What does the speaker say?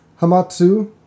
Hamatsu